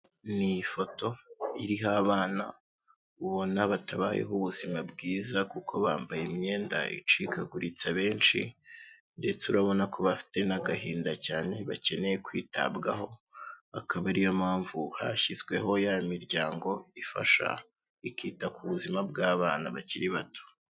Ni ifoto iriho abana ubona batabayeho ubuzima bwiza kuko bambaye imyenda icikaguritse abenshi, ndetse urabona ko bafite n'agahinda cyane bakeneye kwitabwaho, akaba ariyo mpamvu hashyizweho ya miryango ifasha kwita ku buzima bw'abana bakiri bato.